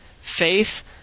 faith